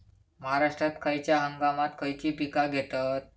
महाराष्ट्रात खयच्या हंगामांत खयची पीका घेतत?